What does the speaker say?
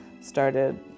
started